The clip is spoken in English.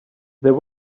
there